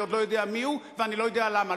אני עוד לא יודע מי הוא ואני לא יודע למה.